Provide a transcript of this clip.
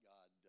God